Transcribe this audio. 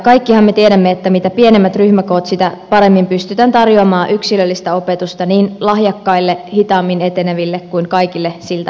kaikkihan me tiedämme että mitä pienemmät ryhmäkoot sitä paremmin pystytään tarjoamaan yksilöllistä opetusta niin lahjakkaille hitaammin eteneville kuin kaikille siltä väliltä